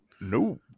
no